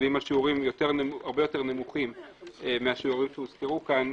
מצביעים על שיעורים הרבה יותר נמוכים מהשיעורים שהוזכרו פה,